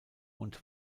und